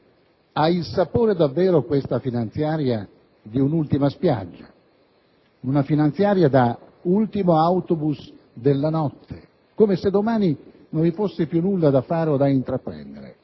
in esame ha veramente il sapore di un'ultima spiaggia, «una finanziaria da ultimo autobus della notte», come se domani non vi fosse più nulla da fare o da intraprendere.